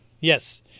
Yes